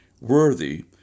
worthy